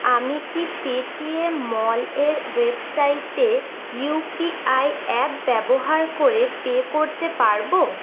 আমি কি Paytm mall এর ওয়েবসাইটে ইউপিআই অ্যাপ ব্যবহার করে পে করতে পারব